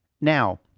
Now